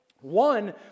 one